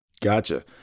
Gotcha